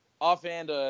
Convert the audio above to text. Offhand